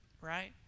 right